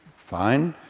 fine.